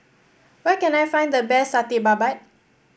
where can I find the best Satay Babat